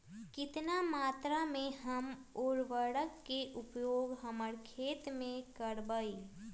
कितना मात्रा में हम उर्वरक के उपयोग हमर खेत में करबई?